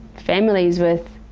families. with